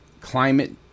Climate